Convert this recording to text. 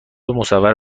مصور